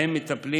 שבהם מטפלים